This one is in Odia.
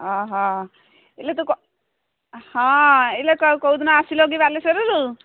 ଅଃ ହେଲେ ତୁ ହଁ ଏଇଲୋ କୋଉ ଦିନ ଆସିଲ କି ବାଲେଶ୍ୱରରୁ